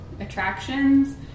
attractions